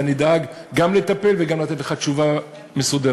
ואני אדאג גם לטפל וגם לתת לך תשובה מסודרת.